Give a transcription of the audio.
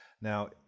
Now